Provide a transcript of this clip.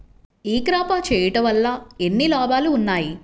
ఈ క్రాప చేయుట వల్ల ఎన్ని లాభాలు ఉన్నాయి?